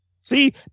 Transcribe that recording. See